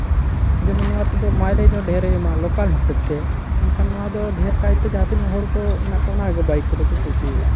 ᱡᱮᱢᱚᱱ ᱱᱚᱣᱟ ᱛᱮᱫᱚ ᱢᱟᱭᱞᱮᱡᱽ ᱦᱚᱸ ᱰᱷᱮᱹᱨᱮ ᱮᱢᱟ ᱞᱳᱠᱟᱞ ᱦᱤᱥᱟᱹᱵᱛᱮ ᱮᱱᱠᱷᱟᱱ ᱱᱚᱣᱟ ᱫᱚ ᱰᱷᱮᱹᱨ ᱠᱟᱭᱛᱮ ᱡᱟᱦᱟᱸ ᱛᱤᱱᱟᱹᱜ ᱦᱚᱲ ᱠᱚ ᱢᱮᱱᱟ ᱠᱚ ᱚᱱᱟᱜᱮ ᱵᱟᱭᱤᱠ ᱠᱚᱫᱚ ᱠᱚ ᱠᱩᱥᱤᱭᱟᱜᱼᱟ